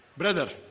brother,